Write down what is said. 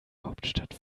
hauptstadt